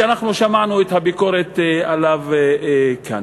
שאנחנו שמענו את הביקורת עליו כאן.